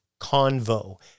Convo